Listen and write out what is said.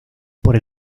por